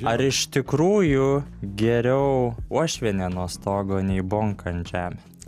ar iš tikrųjų geriau uošvienė nuo stogo nei bonka ant žemė